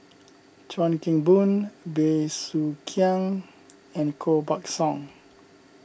Chuan Keng Boon Bey Soo Khiang and Koh Buck Song